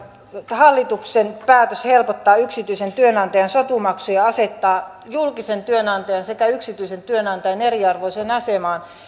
hallituksen päätös helpottaa yksityisen työnantajan sotumaksuja on se että se asettaa julkisen työnantajan sekä yksityisen työnantajan eriarvoiseen asemaan